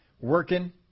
Working